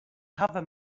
hawwe